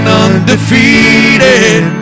undefeated